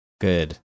good